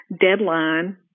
deadline